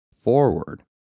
forward